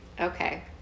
Okay